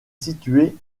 située